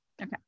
Okay